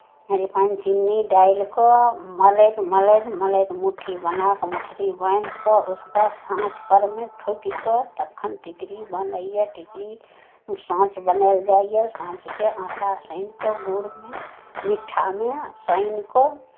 refine चिन्नी डालि कऽ मलैत मलैत मलैत मुठ्ठी बना कऽ मठरी बान्हि कऽ उसका साँचपर मे ठोकि कऽ तखन टिकड़ी बनैए टिकड़ी साँच बनायल जाइए साँचके आँटा सानि कऽ गुड़मे मीठामे सानि कऽ